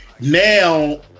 now